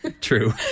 true